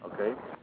Okay